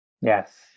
yes